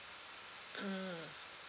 mm